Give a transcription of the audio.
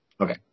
Okay